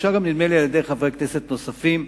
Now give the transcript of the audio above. ונדמה לי שהוגשה גם על-ידי חברי כנסת נוספים,